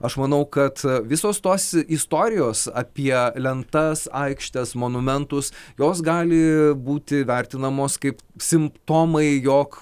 aš manau kad visos tos istorijos apie lentas aikštes monumentus jos gali būti vertinamos kaip simptomai jog